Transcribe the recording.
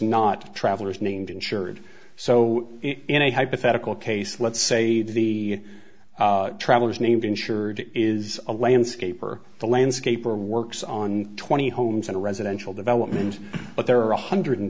not travelers named insured so in a hypothetical case let's say the travelers named insured is a landscaper the landscaper works on twenty homes in a residential development but there are one hundred